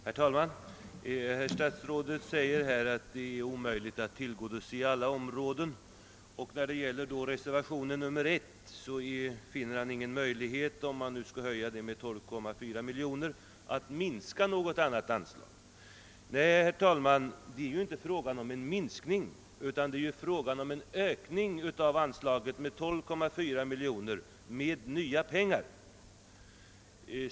Herr talman! Herr statsrådet framhöll att det är omöjligt att tillgodose alla behov, och beträffande reservationen 1 såg han ingen möjlighet att minska något annat anslag, om anslaget till drift av statliga vägar höjs med 12,4 miljoner kronor. Nej, herr talman, det är inte fråga om någon sådan minskning, eftersom det här gäller en ökning av anslaget med 12,4 miljoner i nya pengar.